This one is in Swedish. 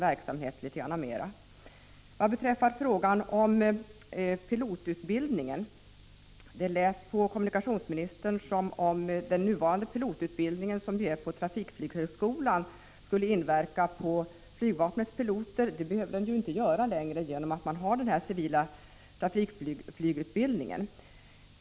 Vad beträffar frågan om pilotutbildningen lät det på kommunikationsministern som om den nuvarande pilotutbildningen vid trafikflyghögskolan skulle inverka på utbildningen av flygvapnets piloter. Det behöver den inte göra längre eftersom man har den civila trafikflygutbildningen.